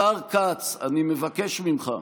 השר כץ, אני מבקש ממך.